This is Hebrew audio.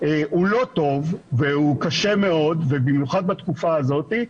לא טוב, והוא קשה מאוד, ובמיוחד בתקופה הזאת.